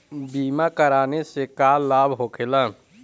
बीमा कराने से का लाभ होखेला?